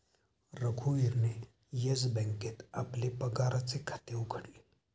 रघुवीरने येस बँकेत आपले पगाराचे खाते उघडले